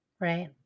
right